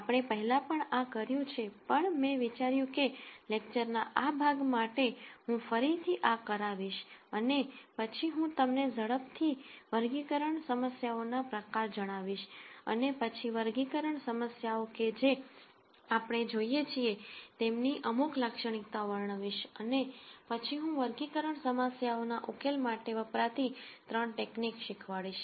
આપણે પહેલા પણ આ કર્યું છે પણ મેં વિચાર્યું કે લેક્ચર ના આ ભાગ માટે હું ફરીથી આ કરાવીશ અને પછી હું તમને ઝડપથી વર્ગીકરણ સમસ્યાઓના પ્રકાર જણાવીશ અને પછી વર્ગીકરણ સમસ્યાઓ કે જે આપણે જોઈએ છીએ તેમની અમુક લાક્ષણિકતાઓ વર્ણવીશ અને પછી હું વર્ગીકરણ સમસ્યાઓ ના ઉકેલ માટે વપરાતી ત્રણ ટેક્નિક શીખવાડીશ